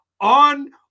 on